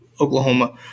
Oklahoma